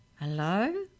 Hello